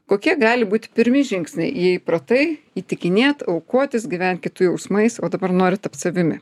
kokie gali būti pirmi žingsniai jei įpratai įtikinėt aukotis gyvent kitų jausmais o dabar nori tapt savimi